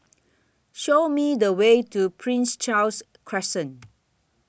Show Me The Way to Prince Charles Crescent